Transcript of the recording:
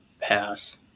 pass